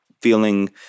feeling